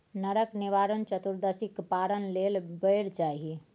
नरक निवारण चतुदर्शीक पारण लेल बेर चाही